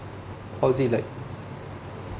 how is it like